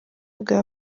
bwa